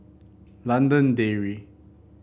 London Dairy